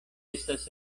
estas